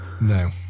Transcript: No